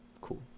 Cool